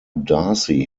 darcy